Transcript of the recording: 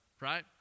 right